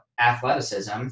athleticism